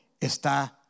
está